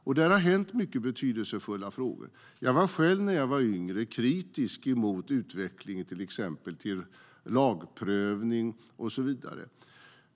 Här har det hänt mycket betydelsefullt. Som ung var jag själv kritisk mot utvecklingen av lagprövning och så vidare.